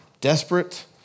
Desperate